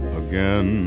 again